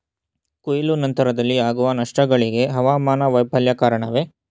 ಕೊಯ್ಲು ನಂತರದಲ್ಲಿ ಆಗುವ ನಷ್ಟಗಳಿಗೆ ಹವಾಮಾನ ವೈಫಲ್ಯ ಕಾರಣವೇ?